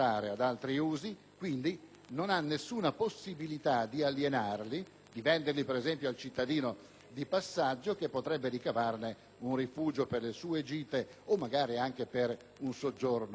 né ha alcuna possibilità di alienarli, ad esempio, al cittadino di passaggio che potrebbe ricavarne un rifugio per le sue gite o magari per un soggiorno turistico estivo.